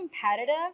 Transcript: competitive